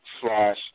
Slash